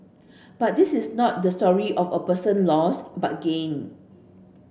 but this is not the story of a person loss but gain